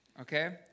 Okay